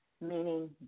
meaning